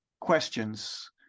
questions